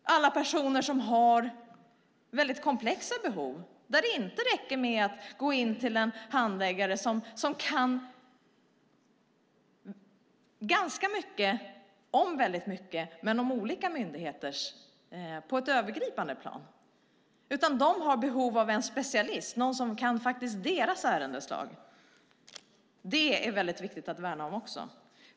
Det finns personer som har komplexa behov där det inte räcker att gå till en handläggare som kan en hel del om mycket men på ett övergripande plan. De har behov av en specialist som kan just deras ärendeslag. Detta är också viktigt att värna om.